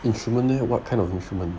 instrument then what kind of instrument